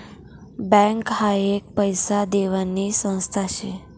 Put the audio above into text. bank हाई एक पैसा देवानी संस्था शे